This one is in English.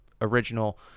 original